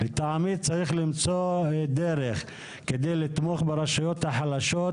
לטעמי צריך למצוא דרך כדי לתמוך ברשויות החלשות,